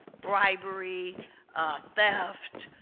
bribery theft